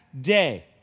day